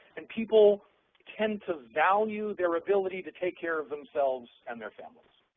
and people tend to value their ability to take care of themselves and their families.